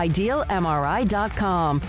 IdealMRI.com